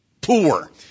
poor